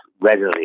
readily